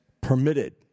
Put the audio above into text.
permitted